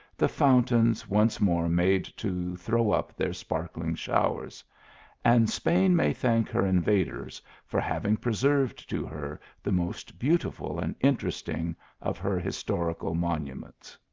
the fountains once more made to throw up their sparkling showers and spain may thank her invaders for having preserved to her the most beautiful and interesting of her historical mon uments.